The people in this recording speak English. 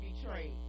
betrayed